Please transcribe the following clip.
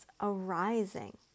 arising